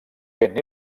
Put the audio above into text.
vent